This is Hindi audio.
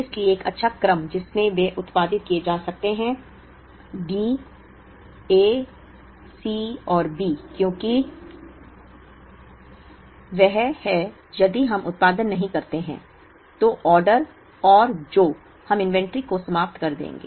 इसलिए एक अच्छा क्रम जिसमें वे उत्पादित किए जा सकते हैं D A C और B क्योंकि वह है यदि हम उत्पादन नहीं करते हैं तो ऑर्डर और जो हम इन्वेंट्री को समाप्त कर देंगे